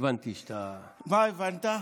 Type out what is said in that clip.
והבנתי שאתה --- מה הבנת?